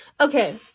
Okay